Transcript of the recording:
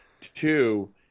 Two